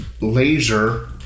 laser